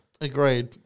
Agreed